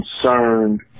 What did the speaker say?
concerned